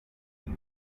you